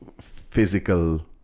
Physical